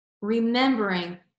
Remembering